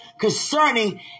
concerning